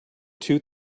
two